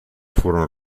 furono